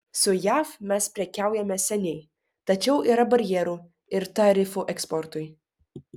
su jav mes prekiaujame seniai tačiau yra barjerų ir tarifų eksportui